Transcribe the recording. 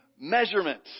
measurement